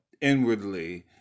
inwardly